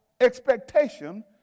expectation